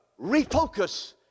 refocus